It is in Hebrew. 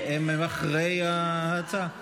אני לא הספקתי, מה?